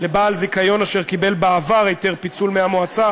לבעל זיכיון אשר קיבל בעבר היתר פיצול מהמועצה,